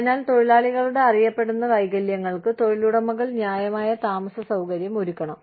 അതിനാൽ തൊഴിലാളികളുടെ അറിയപ്പെടുന്ന വൈകല്യങ്ങൾക്ക് തൊഴിലുടമകൾ ന്യായമായ താമസസൌകര്യം ഒരുക്കണം